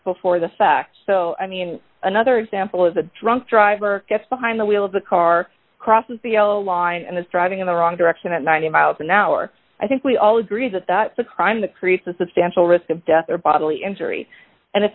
before the fact so i mean another example is a drunk driver gets behind the wheel of the car crosses the l line and is driving in the wrong direction at ninety miles an hour i think we all agree that that's a crime that creates a substantial risk of death or bodily injury and if